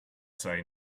say